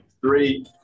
Three